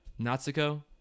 Natsuko